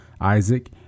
Isaac